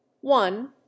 One